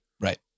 right